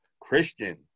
Christian